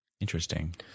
Interesting